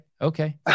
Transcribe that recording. Okay